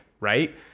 right